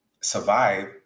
survive